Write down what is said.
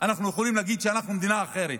אנחנו נוכל להגיד שאנחנו מדינה אחרת,